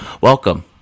welcome